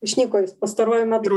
išnyko jis pastaruoju metu